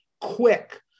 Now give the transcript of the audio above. quick